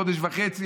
חודש וחצי,